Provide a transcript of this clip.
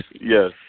Yes